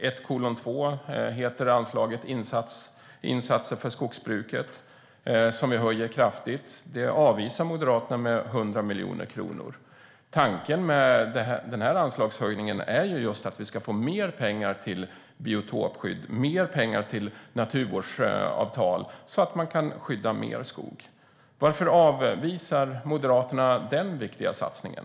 1:2 heter anslaget som innebär insatser för skogsbruket och som vi höjer kraftigt. Det avvisar Moderaterna med 100 miljoner kronor. Tanken med den här anslagshöjningen är just att vi ska få mer pengar till biotopskydd och naturvårdsavtal så att man kan skydda mer skog. Varför avvisar Moderaterna den viktiga satsningen?